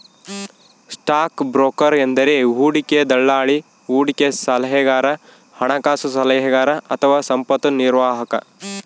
stock broker ಎಂದರೆ ಹೂಡಿಕೆ ದಲ್ಲಾಳಿ, ಹೂಡಿಕೆ ಸಲಹೆಗಾರ, ಹಣಕಾಸು ಸಲಹೆಗಾರ ಅಥವಾ ಸಂಪತ್ತು ನಿರ್ವಾಹಕ